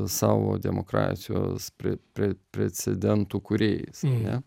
savo demokratijos pre pre precedentų kūrėjais ar ne